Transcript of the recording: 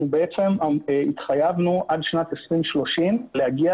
אנחנו בעצם התחייבנו עד שנת 2030 להגיע